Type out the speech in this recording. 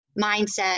mindset